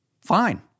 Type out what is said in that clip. Fine